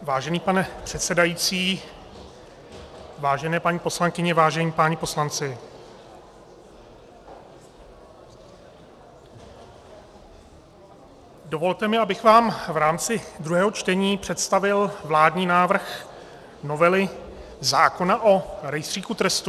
Vážená pane předsedající, vážené paní poslankyně, vážení páni poslanci, dovolte mi, abych vám v rámci druhého čtení představil vládní návrh novely zákona o Rejstříku trestů...